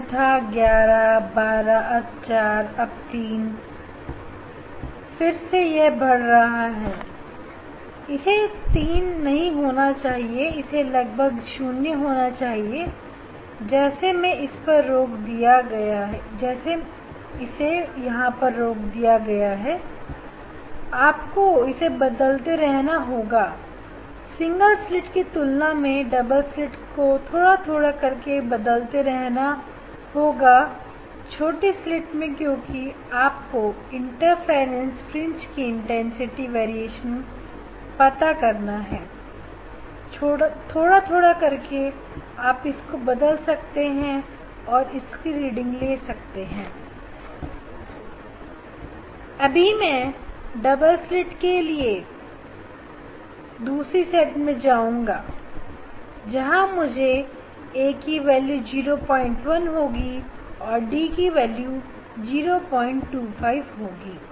वह था 11 12 अब चार अब तीन है अब हां फिर से यह बढ़ रहा है इसे तीन नहीं होना चाहिए इसे लगभग 0 होना चाहिए मैंने इसे यहां पर रोक दिया है आपको इसे बदलते रहना होगा सिंगल स्लिट के तुलना में डबल स्लिट को थोड़ा थोड़ा करके बदलते रहना होगा छोटी स्लिट में क्योंकि आपको इंटरफ्रेंस fringe की तीव्रता वेरिएशन पता करने हैं थोड़ा थोड़ा करके आप इसे बदल सकते हैं और इसकी रीडिंग ले सकते अभी मैं डबल स्लिट कि दूसरे सेट में जाऊंगा जहां मुझे लगता है a की वैल्यू 01 होगी और d की वैल्यू 025 होगी